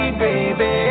baby